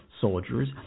soldiers